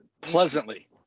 Pleasantly